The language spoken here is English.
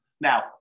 Now